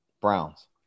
Browns